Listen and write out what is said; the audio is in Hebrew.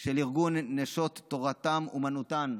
של ארגון נשות תורתן אומנותן,